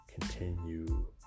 continue